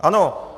Ano.